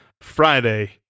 Friday